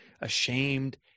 ashamed